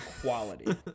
quality